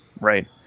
right